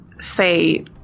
say